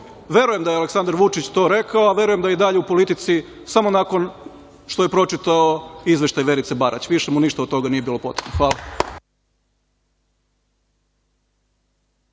verujem da je Aleksandar Vučić to rekao, a verujem da je i dalje u politici samo nakon što je pročitao izveštaj Verice Barać, više mu ništa nije bilo potrebno. Hvala.